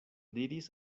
diris